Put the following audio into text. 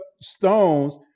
stones